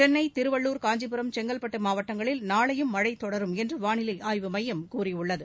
சென்னை திருவள்ளூர் காஞ்சிபுரம் செங்கல்பட்டு மாவட்டங்களில் நாளையும் மழை தொடரும் என்று வானிலை ஆய்வுமையம் கூறியுள்ளது